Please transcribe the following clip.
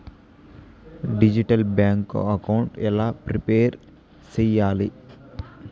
Digital bank account ఎలా prepare సెయ్యాలి?